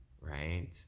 right